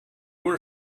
were